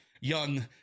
young